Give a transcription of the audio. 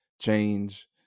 change